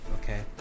okay